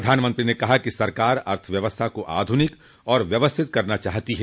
प्रधानमंत्री ने कहा कि सरकार अर्थव्यवस्था को आध्रनिक और व्यवस्थित करना चाहती है